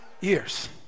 years